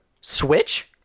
Switch